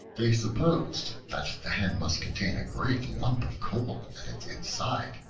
they supposed that the hen must contain a great lump of gold in its inside,